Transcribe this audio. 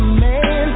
man